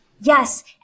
Yes